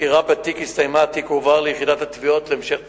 החקירה בתיק הסתיימה והתיק הועבר ליחידת התביעות להמשך טיפול.